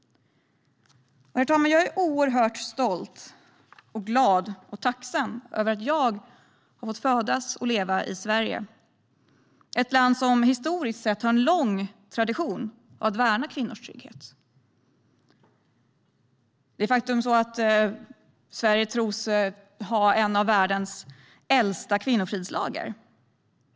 Jag är oerhört stolt, glad och tacksam över att jag har fått födas och leva i Sverige. Det är ett land som historiskt sett har en tradition av att värna kvinnors trygghet. Faktum är att Sverige tros ha en av världens äldsta kvinnofridslagar.